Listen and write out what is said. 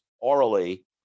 orally